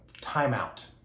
timeout